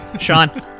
Sean